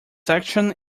section